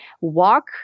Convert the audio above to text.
Walk